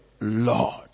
Lord